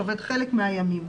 שעובד חלק מהימים,